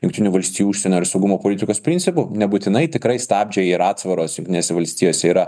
jungtinių valstijų užsienio ir saugumo politikos principų nebūtinai tikrai stabdžiai ir atsvaros jungtinėse valstijose yra